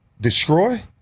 destroy